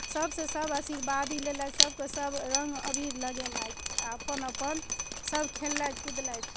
सभसे सभ आशीर्वादी लेलथि सभके सभ रङ्ग अबीर लगेलथि आ अपन अपन सभ खेललथि कुदलथि